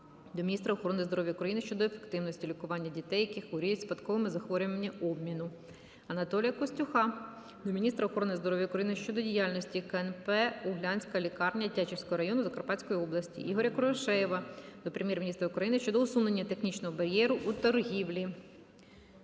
до міністра охорони здоров'я України щодо ефективності лікування дітей, які хворіють спадковими захворюваннями обміну. Анатолія Костюха до міністра охорони здоров'я України щодо діяльності КНП "Углянська лікарня" Тячівського району Закарпатської області. Ігоря Кривошеєва до Прем'єр-міністра України щодо усунення технічного бар'єру у торгівлі.